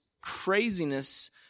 craziness